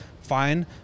fine